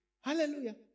Hallelujah